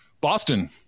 Boston